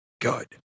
good